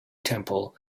temple